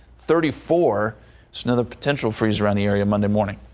thirty four snow the potential freeze around the area monday morning.